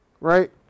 right